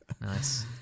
Nice